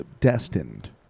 destined